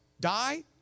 die